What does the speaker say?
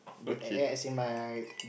you a~ as in my